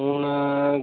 हू'न